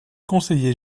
conseiller